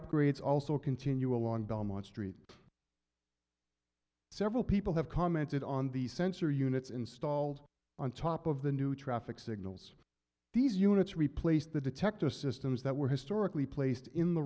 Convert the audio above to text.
upgrades also continue along belmont street several people have commented on the sensor units installed on top of the new traffic signals these units replace the detector systems that were historically placed in the